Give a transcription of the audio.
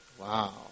Wow